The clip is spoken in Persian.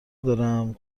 دارم